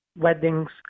weddings